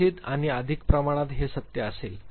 कदाचित आणि अधिक प्रमाणात हे सत्य असेल